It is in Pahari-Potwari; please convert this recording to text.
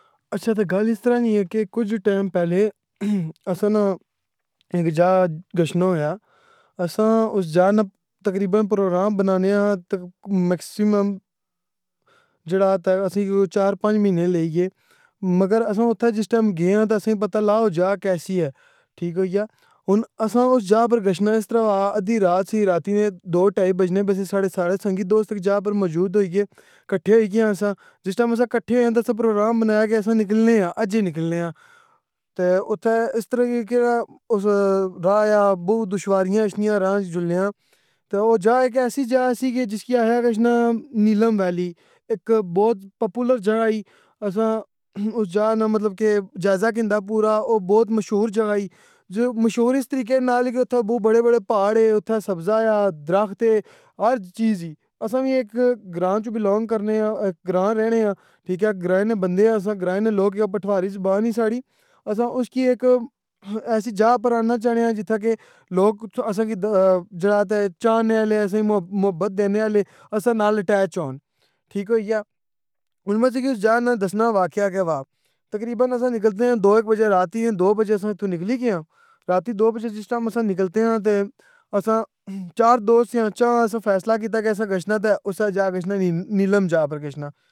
اچھا تے گل اس طرح نیں اے کہ کچھ ٹیم پہلے اسانہ ایک جا گچھنا ہویا اساں اس جانا تقریبا پروگرام بنانے آ میکسیمم جیڑا تے اسی چار پنج مہینے لگی گئے مگر اساں اتھے جس ٹیم گییاں تاا اسیں پتہ لگا کہ او جا کیسی اے ٹھیک ہوئی یا ہن اساں اس جا پر گچھنا اس طرح ہوا ادی رات سی راتی نے دو ٹائی بجنے بجنے ساڑے سارے سنگی دوست ہک جا اوپر موجود ہوئی یے کٹھے ہو ئی گیا ں اساں جس ٹیم اساں کٹھے ہویا ں تا اساں پروگرام بنایا کہ اساں نکلنے آں اج ای نکلنے آں تے اتے اس طرح کی کیڑا اس راہ آیا بوں دشواریاں اچھنیاں راہ وچ جلنے آں تا او جا ایک ایسی جا سی جس کی آخا گچھنا نیلم ویلی ایک بہت پاپولر جگہ ہی اساں اس جانا مطلب کہ جائزہ کِندہ پورا او بہت مشہور جگہ ای جو مشہور اس طریقے نال کے اتھا بہت بڑے بڑے پہاڑ اے اتھا سبزہ یا درخت اے ہر چیز ای اساں وی اک گراں تو بلونگ کرنے آں گراں رہنے آں ٹھیک ہے گرائیں نے بندیاں اساں گرائیں نے لوکی آں پٹواری زبان ہی ساڑی اساں اسکی ایک ایسی جا اوپر آننا چانےآں جی تھا کہ لوک اتھ اساں کی جڑا کے چاہنے آلے اسیں محبت دینے آلے اساں نال اٹیچ ہو ن ٹھیک ہوئی یا ہُن میں تو کی اس جانا واقعہ کے وا تقریبا اساں نکلتے ہاں دو ایک بجے راتی نے دو بجے اساں اُتھو نکلی گیا ں رات ہی دو بجے جس ٹام اساں نکلتے آں تے اساں چار دوست سیاں چا ں اساں فیصلہ کیتا کہ اساں گچھنا تے اسے جا گچھنا نیلم جا پر گچھنا ۔